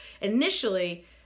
initially